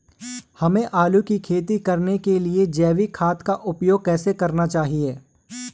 हमें आलू की खेती करने के लिए जैविक खाद का उपयोग कैसे करना चाहिए?